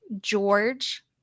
George